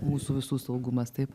mūsų visų saugumas taip